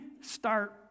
start